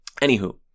Anywho